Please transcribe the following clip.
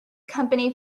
company